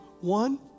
One